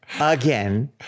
again